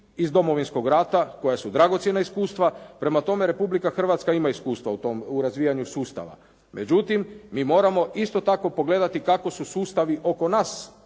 iz Domovinskog rata koja su dragocjena iskustva, prema tome Republika Hrvatska ima u razvijanju sustava. Međutim, mi moramo isto tako pogledati kako su sustavi oko nas